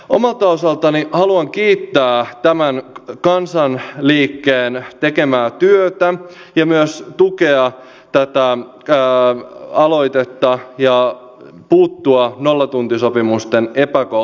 omalta osaltani haluan kiittää tämän kansanliikkeen tekemää työtä ja myös tukea tätä aloitetta ja puuttua nollatuntisopimusten epäkohtiin